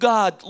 God